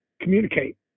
Communicate